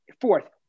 fourth